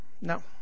No